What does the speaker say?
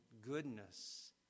goodness